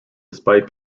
despite